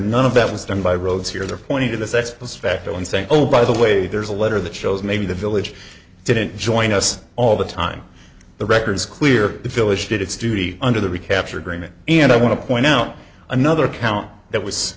none of that was done by roads here they're pointing to the sets as fact and saying oh by the way there's a letter that shows maybe the village didn't join us all the time the records clear the village did its duty under the recapture agreement and i want to point out another county that was